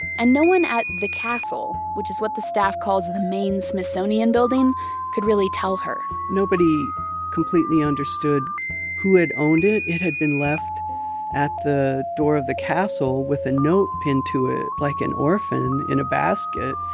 and no one at the castle which is what the staff calls the the main smithsonian building could really tell her nobody completely understood who had owned it, it had been left at the door of the castle with a note pinned to it. like an orphan in a basket.